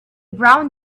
brown